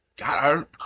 God